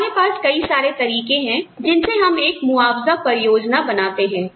हमारे पास कई सारे तरीके हैं जिनसे हम एक मुआवजा परियोजना बनाते हैं